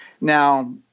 Now